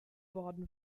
worden